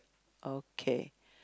okay